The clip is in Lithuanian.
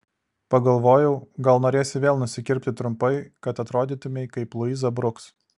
pagalvojau gal norėsi vėl nusikirpti trumpai kad atrodytumei kaip luiza bruks